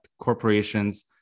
corporations